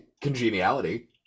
congeniality